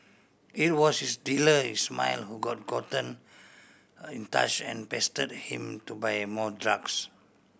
it was his dealer Ismail who got gotten in touch and pestered him to buy more drugs